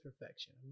perfection